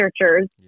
researchers